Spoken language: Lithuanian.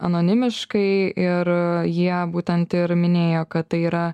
anonimiškai ir jie būtent ir minėjo kad tai yra